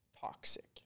toxic